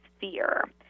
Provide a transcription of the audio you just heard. fear